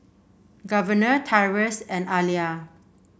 Governor Tyrus and Alia